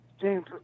James